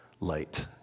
light